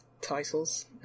titles